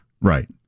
Right